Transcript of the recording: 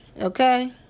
Okay